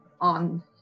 on